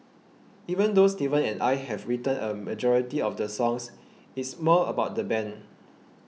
even though Steven and I have written a majority of the songs it's more about the band